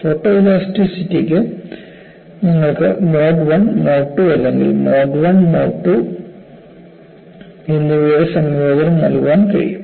ഫോട്ടോഇലാസ്റ്റിസിറ്റിക്ക് നിങ്ങൾക്ക് mode 1 mode 2 അല്ലെങ്കിൽ mode 1 mode 2 എന്നിവയുടെ സംയോജനം നൽകാൻ കഴിയും